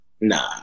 nah